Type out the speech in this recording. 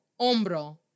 Hombro